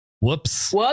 whoops